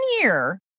year